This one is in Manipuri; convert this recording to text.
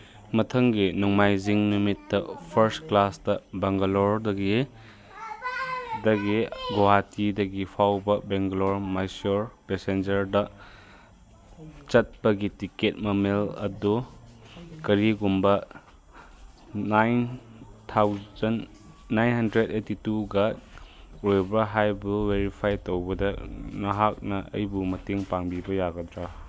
ꯃꯊꯪꯒꯤ ꯅꯣꯡꯃꯥꯏꯖꯤꯡ ꯅꯨꯃꯤꯠꯇ ꯐꯥꯔꯁ ꯀ꯭ꯂꯥꯁꯇ ꯕꯪꯒꯂꯣꯔꯗꯒꯤ ꯗꯒꯤ ꯒꯣꯍꯥꯇꯤꯗꯒꯤ ꯐꯥꯎꯕ ꯕꯦꯡꯒꯂꯣꯔ ꯃꯍꯦꯁꯣꯔ ꯄꯦꯁꯦꯟꯖꯔꯗ ꯆꯠꯄꯒꯤ ꯇꯤꯀꯦꯠ ꯃꯃꯜ ꯑꯗꯨ ꯀꯔꯤꯒꯨꯝꯕ nine thousand nine hundred eighty ꯇꯨꯒ ꯑꯣꯏꯕ꯭ꯔꯥ ꯍꯥꯏꯕꯨ ꯚꯦꯔꯤꯐꯥꯏ ꯇꯧꯕꯗ ꯅꯍꯥꯛꯅ ꯑꯩꯕꯨ ꯃꯇꯦꯡ ꯄꯥꯡꯕꯤꯕ ꯌꯥꯒꯗ꯭ꯔꯥ